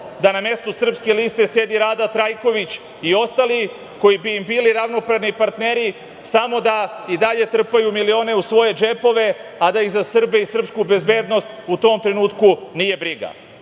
da na mestu Srpske liste sedi Rada Trajković i ostali koji bi im bili ravnopravni partneri samo da i dalje trpaju milione u svoje džepove, a da ih za Srbe i srpsku bezbednost u tom trenutku nije briga,